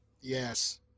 Yes